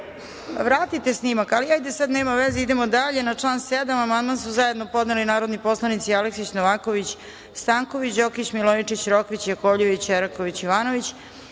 Vratite snimak. Sada nema veze. Idemo dalje. Na član 7. amandman su zajedno podneli narodni poslanici Aleksić, Novaković, Stanković, Đokić, Milojičić, Rokvić, Jakovljević, Eraković, Ivanović,